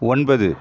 ஒன்பது